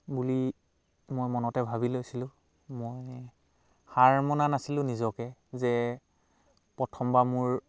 বুলি মই মনতে ভাবি লৈছিলোঁ মই হাৰ মনা নাছিলোঁ নিজকে যে প্ৰথমবাৰ মোৰ